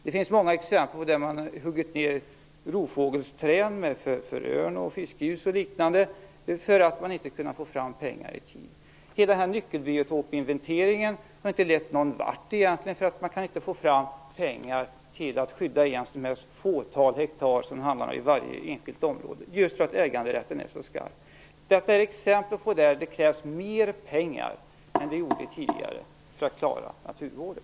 Det finns många exempel på att rovfågelträd har huggits ned med frön och fiskgjusar för att det inte har varit möjligt att få fram pengar i tid. Nyckelbiotopinventeringen har egentligen inte lett någon vart, därför att man inte har kunnat få fram pengar till att skydda ens de fåtal hektar som det handlar om i varje enskilt område just därför att äganderätten är så stark. Dessa exempel visar att det behövs mer pengar än tidigare för att man skall kunna klara naturvården.